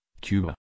Cuba